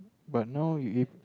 but now you you